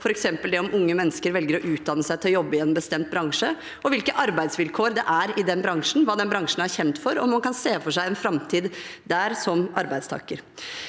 f.eks. om unge mennesker velger å utdanne seg til å jobbe i en bestemt bransje, og hvilke arbeidsvilkår det er i den bransjen, hva den bransjen er kjent for, og om man kan se for seg en framtid der som arbeidstaker.